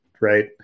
right